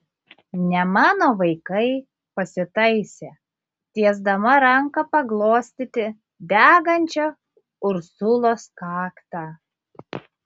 ne mano vaikai pasitaisė tiesdama ranką paglostyti degančią ursulos kaktą